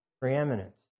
preeminence